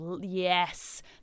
yes